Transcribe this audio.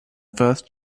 first